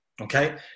okay